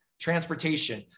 transportation